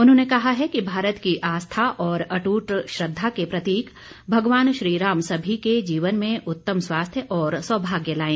उन्होंने कहा है कि भारत की आस्था और अटूट श्रद्धा के प्रतीक भगवान श्रीराम सभी के जीवन में उत्तम स्वास्थ्य और सौभाग्य लाएं